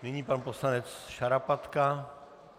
Nyní pan poslanec Šarapatka.